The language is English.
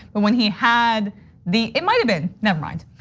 but when he had the, it might have been, never mind,